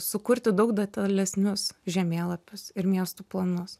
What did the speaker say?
sukurti daug detalesnius žemėlapius ir miestų planus